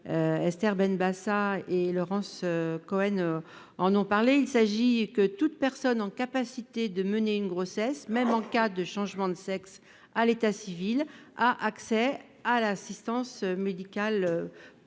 Esther Benbassa et Laurence Cohen en ont parlé : toute personne en capacité de mener une grossesse, même en cas de changement de sexe à l'état civil, doit avoir accès à l'assistance médicale